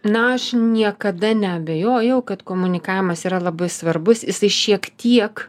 na aš niekada neabejojau kad komunikavimas yra labai svarbus jisai šiek tiek